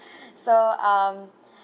so um